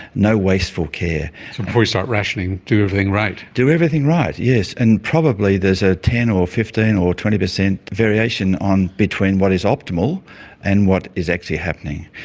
no wasteful care. so before you start rationing, do everything right. do everything right. yes. and probably there's a ten or fifteen or twenty per cent variation between what is optimal and what is actually happening.